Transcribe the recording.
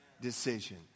decision